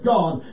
God